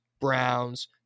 Browns